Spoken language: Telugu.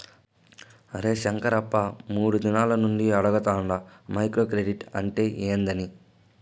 అరే శంకరప్ప, మూడు దినాల నుండి అడగతాండ మైక్రో క్రెడిట్ అంటే ఏందని